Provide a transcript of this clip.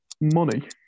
Money